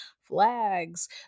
flags